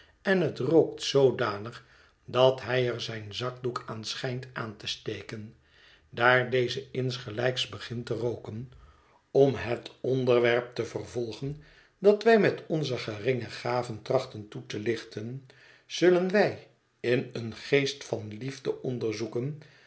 en het rookt zoodanig dat hij er zijn zakdoek aan schijnt aan te steken daar deze insgelijks begint te rooken om het onderwerp te vervolgen dat wij met onze geringe gaven trachten toe te lichten zullen wij in een geest van liefde onderzoeken